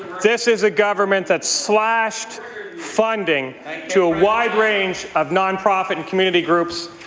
this is a government that slashed funding to a wide range of nonprofit and community groups.